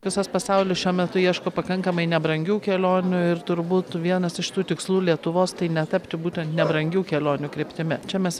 visas pasaulis šiuo metu ieško pakankamai nebrangių kelionių ir turbūt vienas iš tų tikslų lietuvos tai netapti būtent nebrangių kelionių kryptimi čia mes